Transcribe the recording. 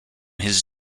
his